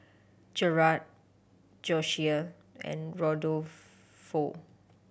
Jerad Josiah and Rodolfo